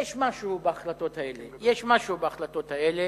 יש משהו בהחלטות האלה, יש משהו בהחלטות האלה